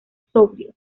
sobrio